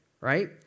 Right